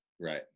Right